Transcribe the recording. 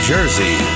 Jersey